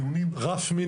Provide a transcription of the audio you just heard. תגידי: חבר'ה,